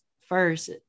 first